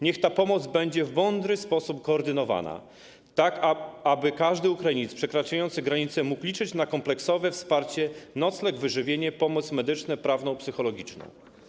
Niech ta pomoc będzie w mądry sposób koordynowana, tak aby każdy Ukrainiec przekraczający granicę mógł liczyć na kompleksowe wsparcie, nocleg, wyżywienie, pomoc medyczną, prawną, psychologiczną.